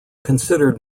considered